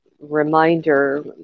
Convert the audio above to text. reminder